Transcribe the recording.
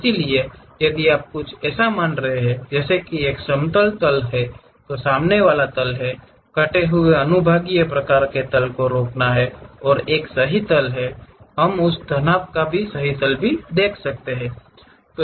इसलिए यदि आप कुछ ऐसा मान रहे हैं जैसे कि एक समतल तल है तो सामने वाला तल है कटे हुए अनुभागीय प्रकार के तल को रोकना और एक सही तल है हम उस घनाभ का सही तल भी देख सकते हैं